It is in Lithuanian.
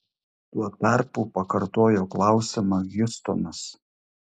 tuo tarpu pakartojo klausimą hjustonas